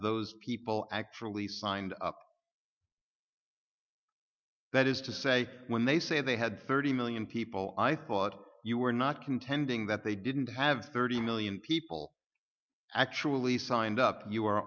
those people actually signed up that is to say when they say they had thirty million people i thought you were not contending that they didn't have thirty million people actually signed up you